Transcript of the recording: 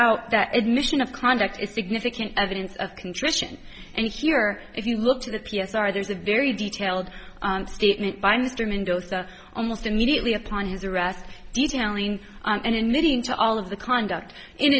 out that admission of conduct is significant evidence of contrition and here if you look to the p s r there's a very detailed statement by mr mendoza almost immediately upon his arrest detailing and in leading to all of the conduct in